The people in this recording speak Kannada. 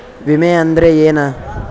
ವಿಮೆ ಅಂದ್ರೆ ಏನ?